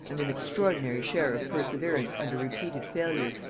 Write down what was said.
and an extraordinary share of perseverance under repeated failures,